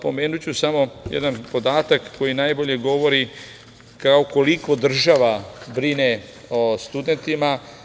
Pomenuću samo jedan podatak koji najbolje govori, koliko država brine o studentima.